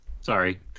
Sorry